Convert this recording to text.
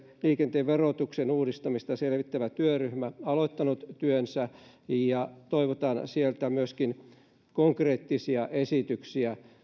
liikenteen verotuksen uudistamista selvittävä työryhmä jo aloittanut työnsä ja toivotaan sieltä myöskin konkreettisia esityksiä